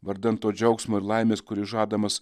vardan to džiaugsmo ir laimės kuris žadamas